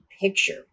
picture